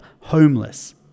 homeless